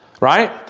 right